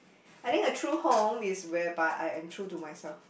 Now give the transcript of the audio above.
I think a true home is whereby I am true to myself